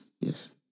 yes